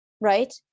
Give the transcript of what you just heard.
right